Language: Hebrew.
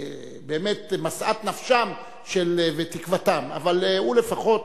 משאת נפשם ותקוותם, אבל הוא לפחות,